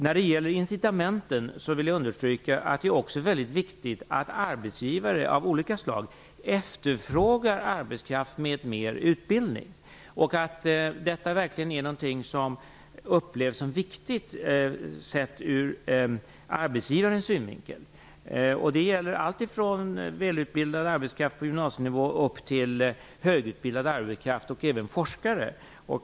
När det gäller incitamenten vill jag understryka att det också är mycket viktigt att arbetsgivare av olika slag efterfrågar arbetskraft med mera utbildning och att arbetsgivare verkligen upplever att detta är viktigt. Det gäller alltifrån välutbildad arbetskraft på gymnasienivå upp till högutbildad arbetskraft och forskare.